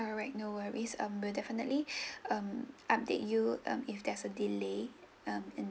alright no worries um will definitely um update you um if there's a delay um